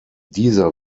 dieser